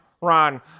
Ron